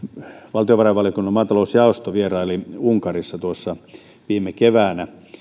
valtiovarainvaliokunnan maatalousjaosto vieraili unkarissa viime keväänä